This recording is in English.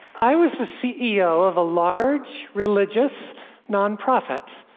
i was the ceo of a large religious nonprofit,